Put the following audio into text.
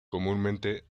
comúnmente